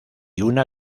una